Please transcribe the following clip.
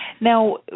Now